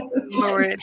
Lord